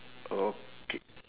okay